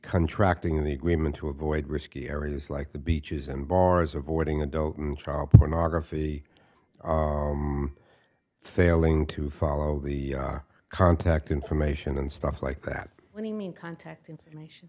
contracting in the agreement to avoid risky areas like the beaches and bars avoiding adult and child pornography failing to follow the contact information and stuff like that when you mean contact information